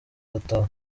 arataha